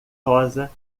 rosa